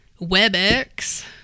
WebEx